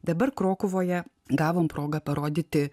dabar krokuvoje gavom progą parodyti